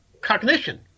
cognition